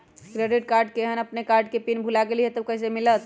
Credit card केहन अपन card के पिन भुला गेलि ह त उ कईसे मिलत?